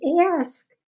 ask